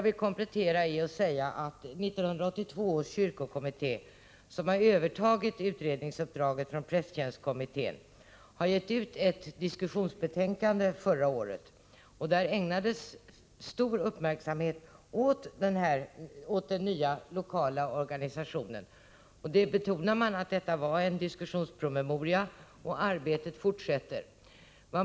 Min komplettering är att 1982 års kyrkokommitté, som har övertagit utredningsuppdraget från prästtjänstkommittén, förra året gav ut ett diskussionsbetänkande, där stor uppmärksamhet ägnades åt den nya lokala organisationen. Man betonade att detta var just en diskussionspromemoria och att arbetet fortsätter.